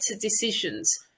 decisions